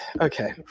Okay